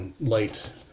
light